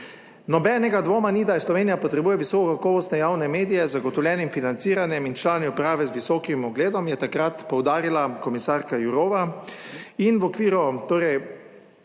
Nobenega dvoma ni, da Slovenija potrebuje visoko kakovostne javne medije z zagotovljenim financiranjem in člani uprave z visokim ugledom, je takrat poudarila komisarka Jourová.